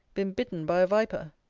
been bitten by a viper.